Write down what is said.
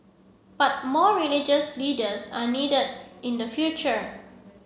but more religious leaders are needed in the future